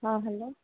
हाँ हेलो